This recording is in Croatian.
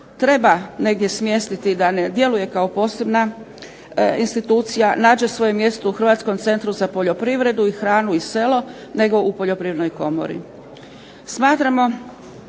treba negdje smjestiti da ne djeluje kao posebna institucija nađe svoje mjesto u Hrvatskom centru za poljoprivredu, hranu i selo nego u Poljoprivrednoj komori.